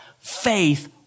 Faith